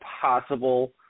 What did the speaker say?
possible